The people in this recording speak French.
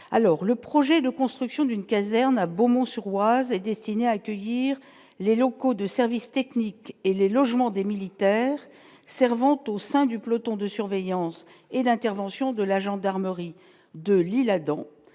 le projet de construction d'une caserne à Beaumont-sur-Oise est destiné à accueillir les locaux de services techniques et les logements des militaires servante au sein du peloton de surveillance et d'intervention de la gendarmerie de l'Isle-Adam